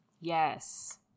Yes